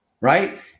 right